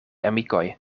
amikoj